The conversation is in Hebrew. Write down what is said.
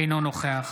אינו נוכח